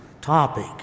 topic